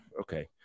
Okay